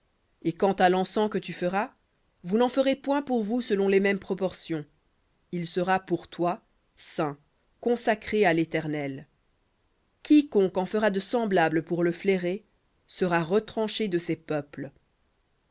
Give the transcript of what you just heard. et quant à l'encens que tu feras vous n'en ferez point pour vous selon les mêmes proportions il sera pour toi saint à léternel quiconque en fera de semblable pour le flairer sera retranché de ses peuples